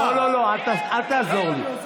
לא לא לא, אל תעזור לי.